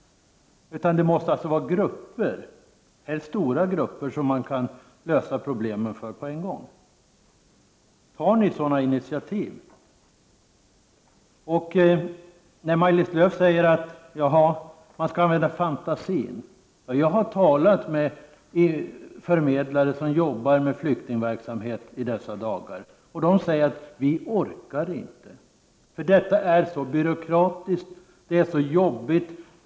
Det måste alltså vara grupper, helst stora grupper, som man kan lösa problemen för på en gång. Tar ni sådana initiativ? Maj-Lis Lööw säger att man skall använda fantasin. Jag har talat med förmedlare som jobbar med flyktingverksamhet i dessa dagar, och de säger att de inte orkar, då detta är så byråkratiskt och så jobbigt.